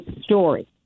story